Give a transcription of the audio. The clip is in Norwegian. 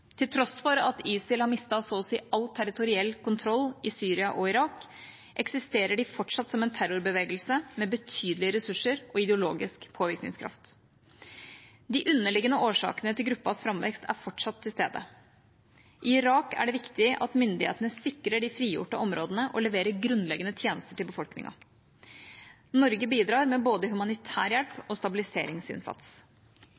Til tross for at ISIL har mistet så å si all territoriell kontroll i Syria og Irak, eksisterer de fortsatt som en terrorbevegelse med betydelige ressurser og ideologisk påvirkningskraft. De underliggende årsakene til gruppens framvekst er fortsatt til stede. I Irak er det viktig at myndighetene sikrer de frigjorte områdene og leverer grunnleggende tjenester til befolkningen. Norge bidrar med både humanitær